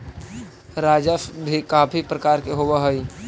राजस्व भी काफी प्रकार के होवअ हई